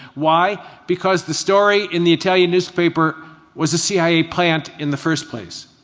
why? because the story in the italian newspaper was a cia plant in the first place.